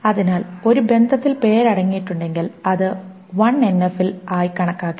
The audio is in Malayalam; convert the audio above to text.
അതിനാൽ ഒരു ബന്ധത്തിൽ പേര് അടങ്ങിയിട്ടുണ്ടെങ്കിൽ അത് 1NF ൽ ആയി കണക്കാക്കില്ല